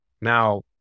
Now